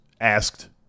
asked